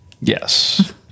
Yes